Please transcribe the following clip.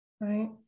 right